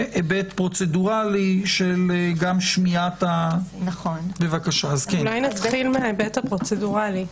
והיבט פרוצדורלי של שמיעת --- אולי נתחיל מההיבט הפרוצדורלי?